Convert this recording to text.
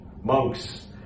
monks